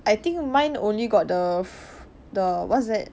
I think mine only got the f~ what's that